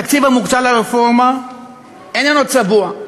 התקציב המוקצה לרפורמה איננו צבוע,